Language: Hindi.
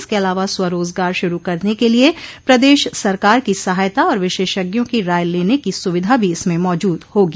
इसके अलावा स्वरोजगार शुरू करने के लिये प्रदेश सरकार की सहायता और विशेषज्ञों की राय लेने की सुविधा भी इसमें मौजूद होगी